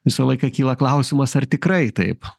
visą laiką kyla klausimas ar tikrai taip